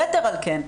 יתר על כן,